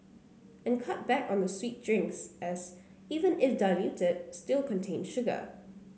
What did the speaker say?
and cut back on the sweet drinks as even if diluted still contain sugar